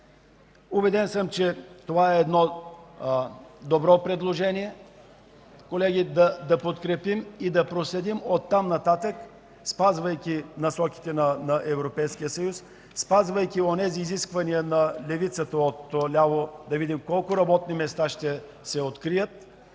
Убеден съм, че това е добро предложение, колеги. Да подкрепим и да проследим оттам нататък, спазвайки насоките на Европейския съюз, спазвайки онези изисквания на левицата – да видим колко работни места ще се открият